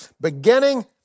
Beginning